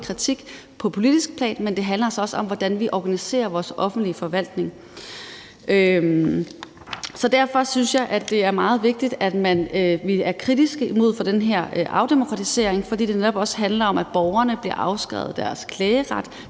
kritik på politisk plan, men det handler også om, hvordan vi organiserer vores offentlige forvaltning. Derfor synes jeg, det er meget vigtigt, at vi er kritiske over for den her afbureaukratisering, fordi det netop også handler om, at borgerne bliver afskåret fra deres klageret.